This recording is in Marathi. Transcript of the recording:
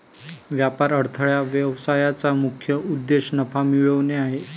व्यापार अडथळा व्यवसायाचा मुख्य उद्देश नफा मिळवणे आहे